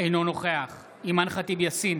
אינו נוכח אימאן ח'טיב יאסין,